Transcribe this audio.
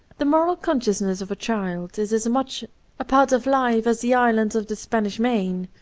the moral con sciousness of a child is as much a part of life as the islands of the spanish main,